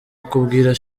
akubwira